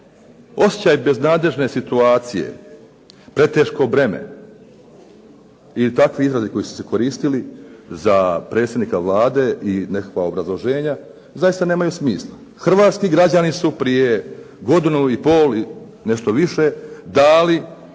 Osjećaj beznadežne situacije, preteško breme i takvi izrazi koji su se koristili za predsjednika Vlade i nekakva obrazloženja zaista nemaju smisla. Hrvatski građani su prije godinu i pol i nešto više dali svoje